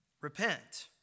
Repent